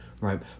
right